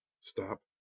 stop